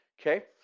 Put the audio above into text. Okay